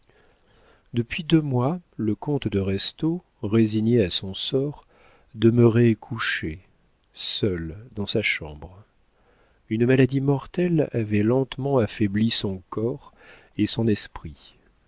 depuis deux mois le comte de restaud résigné à son sort demeurait couché seul dans sa chambre une maladie mortelle avait lentement affaibli son corps et son esprit